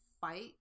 fight